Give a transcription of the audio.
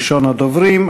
ראשון הדוברים.